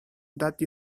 that